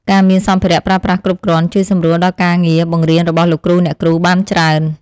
ការមានសម្ភារៈប្រើប្រាស់គ្រប់គ្រាន់ជួយសម្រួលដល់ការងារបង្រៀនរបស់លោកគ្រូអ្នកគ្រូបានច្រើន។